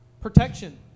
Protection